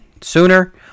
sooner